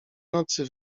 nocy